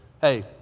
Hey